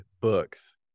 books